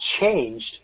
changed